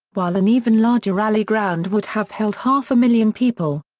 while an even larger rally ground would have held half a million people.